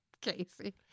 Casey